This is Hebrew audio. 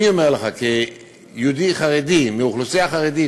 אני אומר לך כיהודי חרדי מאוכלוסייה חרדית,